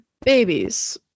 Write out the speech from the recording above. babies